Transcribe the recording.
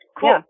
Cool